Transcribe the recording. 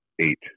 eight